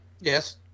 Yes